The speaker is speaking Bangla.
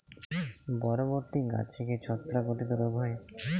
বরবটি গাছে কি ছত্রাক ঘটিত রোগ হয়?